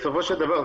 בסופו של דבר,